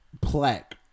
plaque